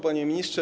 Panie Ministrze!